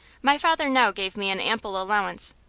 my father now gave me an ample allowance,